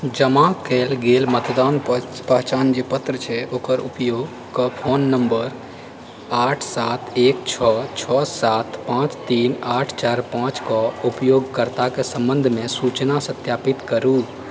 जमा कैल गेल मतदान पहचान जे पत्र छै उपयोग कऽ फोन नंबर आठ सात एक छओ छओ सात पाँच तीन आठ चारि पाँच कऽ उपयोगकर्ताके संबंधमे सूचना सत्यापित करू